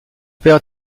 père